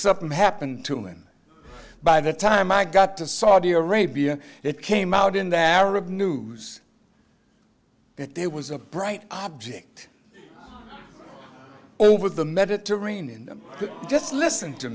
something happened to him by the time i got to saudi arabia it came out in the arab news that there was a bright object over the mediterranean just listen to